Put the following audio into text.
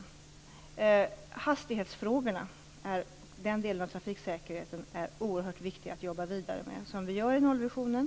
För det första är hastighetsfrågorna och den delen av trafiksäkerheten oerhört viktiga att jobba vidare med, som vi gör i nollvisionen.